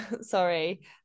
sorry